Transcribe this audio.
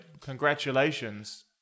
Congratulations